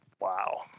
Wow